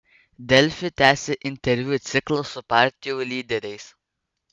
delfi tęsia interviu ciklą su partijų lyderiais